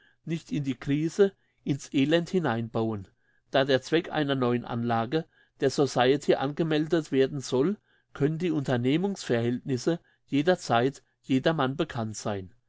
nicht in die krise in's elend hineinbauen da der zweck einer neuen anlage der society angemeldet werden soll können die unternehmungsverhältnisse jederzeit jedermann bekannt sein